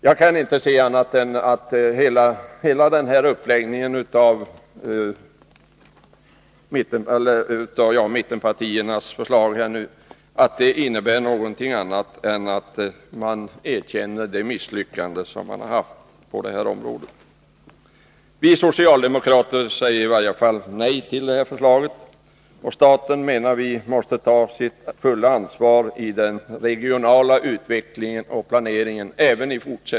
Jag kan inte se annat än att hela denna uppläggning av mittenpartiernas förslag innebär att man erkänner det misslyckande som man har rönt på det här området. I varje fall säger vi socialdemokrater nej till förslaget. Vi menar att staten även i fortsättningen måste ta sitt fulla ansvar för den regionala utvecklingen och planeringen.